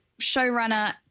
showrunner